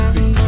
See